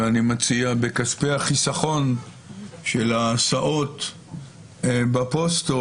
אני מציע בכספי החיסכון של ההסעות בפוסטות,